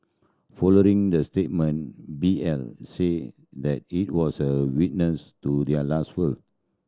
following the statement B L said that he was a witness to the last will